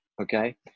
okay